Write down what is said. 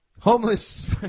homeless